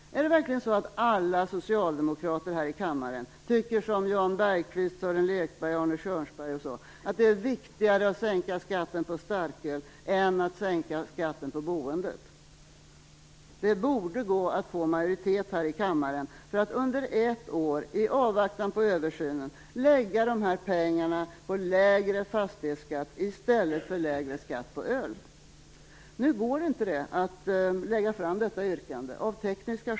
Är det verkligen så att alla socialdemokrater här i kammaren tycker som Jan Bergqvist, Sören Lekberg, Arne Kjörnsberg, m.fl., att det är viktigare att sänka skatten på starköl än att sänka skatten på boendet? Det borde gå att få majoritet här i kammaren för att under ett år, i avvaktan på översynen, lägga de här pengarna på lägre fastighetsskatt i stället för lägre skatt på öl. Nu går det av tekniska skäl inte att lägga fram detta yrkande.